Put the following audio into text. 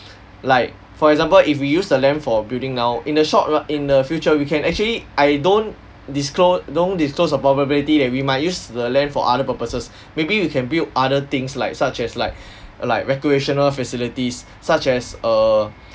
like for example if we use the land for building now in the short run in the future we can actually I don't disclo~ don't disclose a probability that we might use the land for other purposes maybe you can build other things like such as like like recreational facilities such as err